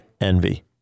envy